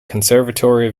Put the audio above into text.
conservatory